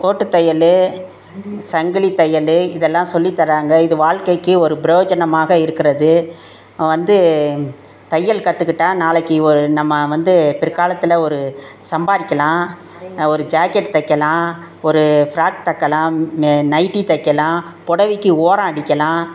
ஓட்டு தையல் சங்கிலி தையல் இதெல்லாம் சொல்லி தர்றாங்க இது வாழ்க்கைக்கு ஒரு ப்ரோஜனமாக இருக்கிறது வந்து தையல் கற்றுக்கிட்டா நாளைக்கு ஒரு நம்ம வந்து பிற்காலத்தில் ஒரு சம்பாதிக்கலாம் ஒரு ஜாக்கெட் தைக்கலாம் ஒரு ஃப்ராக் தைக்கலாம் மே நைட்டி தைக்கலாம் பொடவைக்கு ஓரம் அடிக்கலாம்